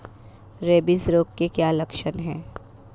Rabies रोग के क्या लक्षण है?